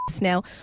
Now